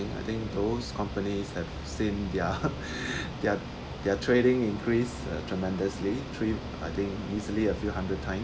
I think those companies have seen their their their trading increase tremendously trip~ I think easily a few hundred time